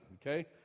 Okay